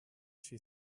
she